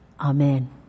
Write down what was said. Amen